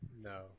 No